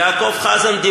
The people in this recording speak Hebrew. יעקב חזן,